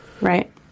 Right